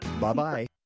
Bye-bye